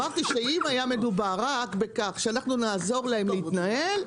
אני אמרתי שאם מדובר רק בכך שאנחנו נעזור להם להתנהל,